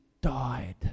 died